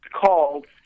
called